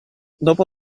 dopo